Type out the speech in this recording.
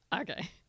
Okay